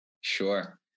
Sure